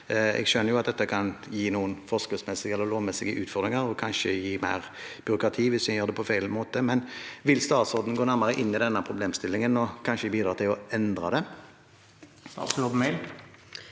dette kan gi noen forskriftsmessige eller lovmessige utfordringer og kanskje mer byråkrati hvis en gjør det på feil måte, men vil statsråden gå nærmere inn i denne problemstillingen og kanskje bidra til å endre det?